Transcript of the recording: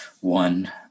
one